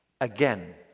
again